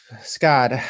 Scott